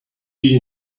you